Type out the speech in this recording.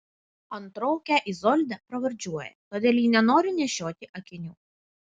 antrokę izoldą pravardžiuoja todėl ji nenori nešioti akinių